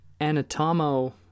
anatomo